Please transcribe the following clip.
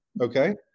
Okay